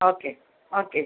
okay okay